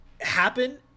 happen